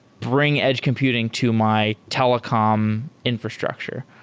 bring edge computing to my telecom infrastructure.